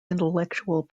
intellectual